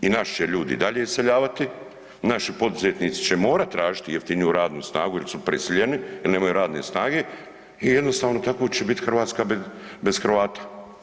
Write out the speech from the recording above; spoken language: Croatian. I naši će ljudi i dalje iseljavati, naši poduzetnici će morat tražiti jeftiniju radnu snagu jer su prisiljeni jer nemaju radne snage i jednostavno tako će biti Hrvatska bez Hrvata.